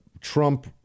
Trump